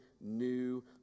new